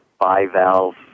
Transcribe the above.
bivalve